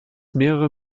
mehrere